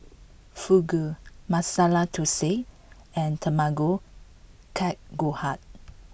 Fugu Masala Dosa and Tamago kake gohan